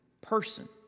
person